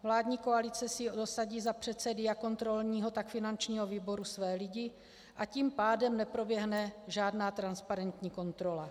Vládní koalice si dosadí za předsedy jak kontrolního, tak finančního výboru své lidi, a tím pádem neproběhne žádná transparentní kontrola.